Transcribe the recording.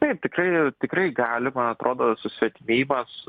taip tikrai tikrai galima atrodo susvetimėjimas